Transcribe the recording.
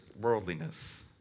worldliness